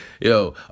Yo